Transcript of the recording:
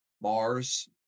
Mars